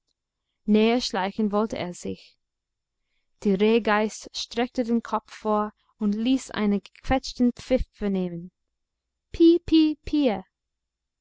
näherschleichen wollte er sich die rehgeiß streckte den kopf vor und ließ einen gequetschten pfiff vernehmen